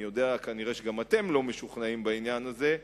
אני יודע שכנראה גם אתם לא משוכנעים בעניין הזה,